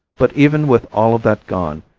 but even with all of that gone,